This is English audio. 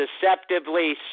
deceptively